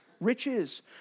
riches